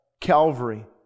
Calvary